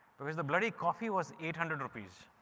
because the but coffee was eight hundred rupees.